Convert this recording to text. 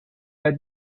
pas